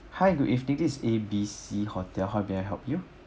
hi good evening is A B C hotel how may I help you